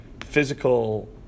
physical